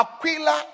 Aquila